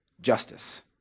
justice